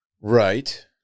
Right